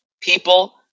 people